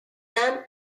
han